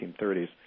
1930s